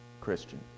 Christian